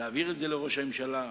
תעביר את זה לראש הממשלה,